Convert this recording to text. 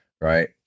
right